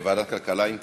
ועדת הכלכלה, אם כן?